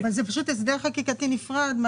זה פשוט הסדר חקיקתי נפרד.